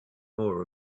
more